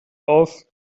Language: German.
auf